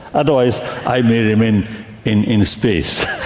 otherwise i may remain in in space,